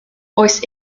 oes